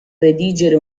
redigere